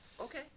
Okay